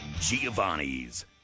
Giovanni's